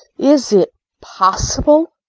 is it possible?